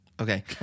Okay